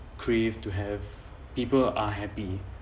crave to have people are happy